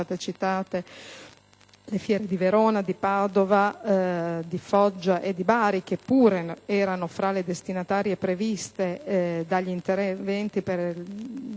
citate fiere di Verona, di Padova, di Foggia e di Bari, che pure erano tra le destinatarie previste dagli interventi del